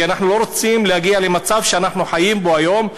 כי אנחנו לא רוצים להיות במצב שאנחנו חיים בו היום,